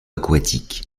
aquatique